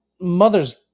mother's